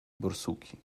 borsuki